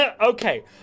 Okay